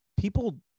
People